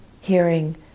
hearing